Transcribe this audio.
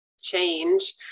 change